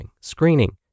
screening